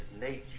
nature